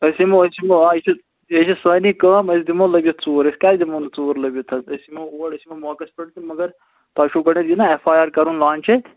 أسۍ یِمو أسۍ یِمو آ یہِ چھِ یے چھےٚ سٲنی کٲم أسۍ دِمو لٔبِتھ ژوٗر أسۍ کیٛازِ دِمو نہٕ ژوٗر لٔبِتھ حظ أسۍ یِمو اور أسۍ یِمو موقَس پٮ۪ٹھ تہٕ مگر تۄہہِ چھُو گوڈٮ۪تھ یہِ نا اٮ۪ف آی آر کَرُن لانٛچ ییٚتہِ